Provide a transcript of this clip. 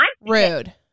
Rude